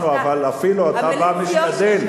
אנחנו שמחנו, אבל אפילו, אתה בא, משתדל,